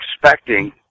expecting